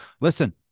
listen